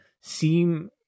seem